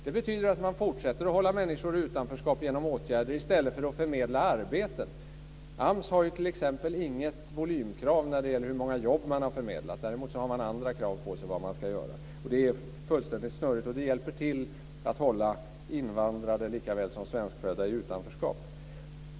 Det betyder att man fortsätter att hålla människor i utanförskap genom åtgärder i stället för att förmedla arbeten. AMS har ju t.ex. inget volymkrav när det gäller hur många jobb som man har förmedlat. Däremot har man andra krav på sig när det gäller vad man ska göra. Och det är fullständigt snurrigt, och det hjälper till att hålla invandrare lika väl som svenskfödda i utanförskap.